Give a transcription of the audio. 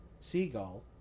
seagull